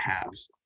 halves